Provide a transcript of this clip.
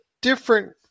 different